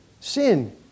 Sin